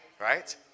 Right